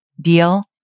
Deal